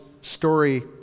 story